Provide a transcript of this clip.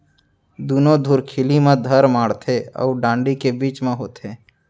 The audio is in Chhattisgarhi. दुनो धुरखिली म थर माड़थे अउ डांड़ी के बीच म होथे